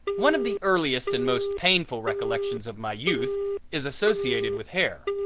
one of the earliest and most painful recollections of my youth is associated with hair.